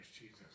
Jesus